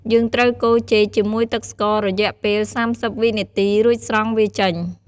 យើងត្រូវកូរចេកជាមួយទឹកស្កររយៈ៣០វិនាទី រួចស្រង់វាចេញ។